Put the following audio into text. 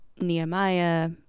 Nehemiah